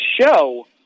show